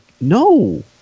no